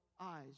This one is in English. eyes